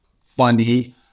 funny